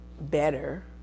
better